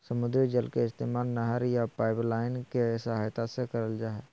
समुद्री जल के इस्तेमाल नहर या पाइपलाइन के सहायता से करल जा हय